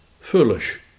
foolish